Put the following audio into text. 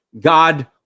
God